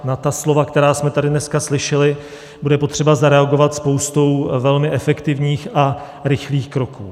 Na ta slova, která jsme tady dneska slyšeli, bude potřeba zareagovat spoustou velmi efektivních a rychlých kroků.